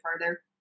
further